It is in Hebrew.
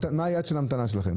מה יעד ההמתנה שלכם?